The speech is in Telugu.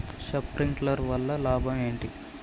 శప్రింక్లర్ వల్ల లాభం ఏంటి?